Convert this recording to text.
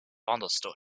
understood